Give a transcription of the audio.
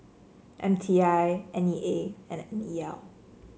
M T I N E A and N E L